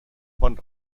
pot